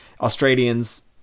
Australians